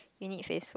you need face soap